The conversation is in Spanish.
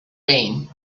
payne